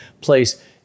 place